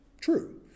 true